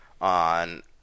on